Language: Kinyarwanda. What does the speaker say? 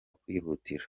kwihutira